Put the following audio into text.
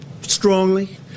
strongly